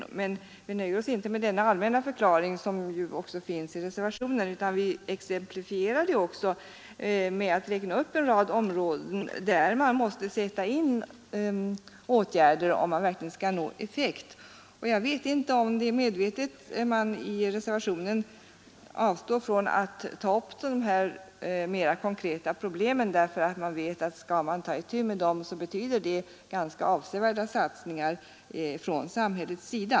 Men vi nöjer oss inte med denna allmänna förklaring, som ju också finns i reservationen, utan vi exemplifierar med att räkna upp en rad områden där man måste sätta in åtgärder om man verkligen skall nå effekt. Jag vet inte om det är medvetet som man i reservationen avstår från att ta upp de här mera konkreta problemen därför att man vet att skall man ta itu med dem så betyder det ganska avsevärda satsningar från samhällets sida.